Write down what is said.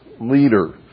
leader